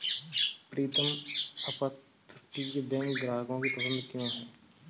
प्रीतम अपतटीय बैंक ग्राहकों की पसंद क्यों है?